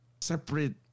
separate